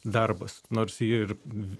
darbas nors ji ir